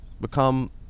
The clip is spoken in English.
become